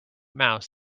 mouse